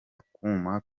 akuma